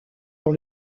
dans